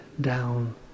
down